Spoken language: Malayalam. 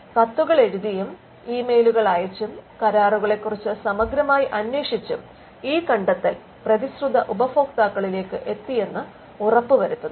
കത്തുകൾ എഴുതിയും ഇമെയിലുകൾ അയച്ചും കരാറുകളെകുറിച്ച് സമഗ്രമായി അന്വേഷിച്ചും ഈ കണ്ടെത്തൽ പ്രതിശ്രുത ഉപഭോക്താക്കളിലേക്ക് എത്തിയെന്ന് ഉറപ്പുവരുത്തുന്നു